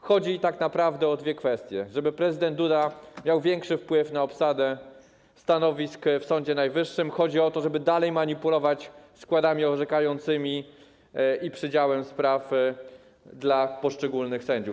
Chodzi tak naprawdę o dwie kwestie: żeby prezydent Duda miał większy wpływ na obsadę stanowisk w Sądzie Najwyższym oraz żeby dalej manipulować składami orzekającymi i przydzielaniem spraw poszczególnym sędziom.